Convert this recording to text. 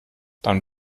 dann